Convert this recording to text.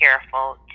careful